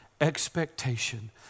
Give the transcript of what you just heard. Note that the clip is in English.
expectation